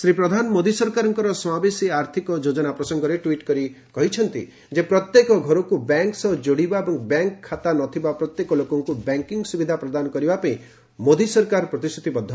ଶ୍ରୀ ପ୍ରଧାନ ମୋଦି ସରକାରଙ୍କ ସମାବେଶୀ ଆର୍ଥିକ ଯୋଜନା ପ୍ରସଙ୍ଗରେ ଟ୍ୱିଟ୍ କରିଛନ୍ତି ଯେ ପ୍ରତ୍ୟେକ ଘରକୁ ବ୍ୟାଙ୍କ୍ ସହ ଯୋଡ଼ିବା ଏବଂ ବ୍ୟାଙ୍କ୍ ଖାତା ନଥିବା ପ୍ରତ୍ୟେକ ଲୋକଙ୍କୁ ବ୍ୟାଙ୍କିଂ ସୁବିଧା ପ୍ରଦାନ କରିବା ପାଇଁ ମୋଦି ସରକାର ପ୍ରତିଶ୍ରୁତିବଦ୍ଧ